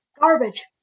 Garbage